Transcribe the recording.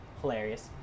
Hilarious